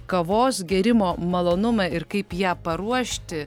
kavos gėrimo malonumą ir kaip ją paruošti